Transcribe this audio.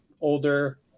older